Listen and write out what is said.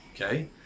okay